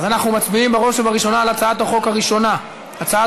אנחנו מצביעים בראש ובראשונה על הצעת החוק הראשונה: הצעת